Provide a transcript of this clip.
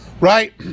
right